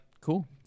cool